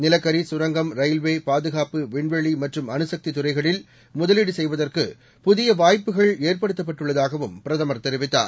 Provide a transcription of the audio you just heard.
நிலக்கரி சுரங்கம் ரயில்வே பாதுகாப்பு விண்வெளிமற்றும்அணுசக்திதுறைகளில்முதலீடுசெய்வ தற்குபுதியவாய்ப்புகள்ஏற்படுத்தப்பட்டுஉள்ளதாகவும்பி ரதமர்தெரிவித்தார்